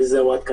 עד כאן.